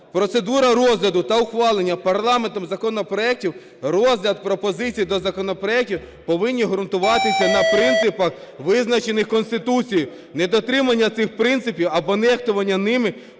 "Процедура розгляду та ухвалення парламентом законопроектів, розгляд пропозицій до законопроектів повинні ґрунтуватися на принципах, визначених Конституцією. Недотримання цих принципів або нехтування ними